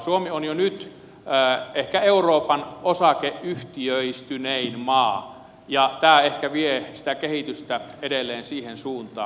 suomi on jo nyt ehkä euroopan osakeyhtiöistynein maa ja tämä ehkä vie sitä kehitystä edelleen siihen suuntaan